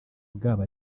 bwabo